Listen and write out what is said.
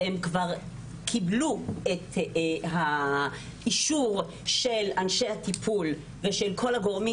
הם כבר קיבלו את האישור של אנשי הטיפול ושל כל הגורמים